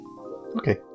Okay